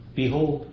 Behold